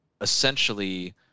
essentially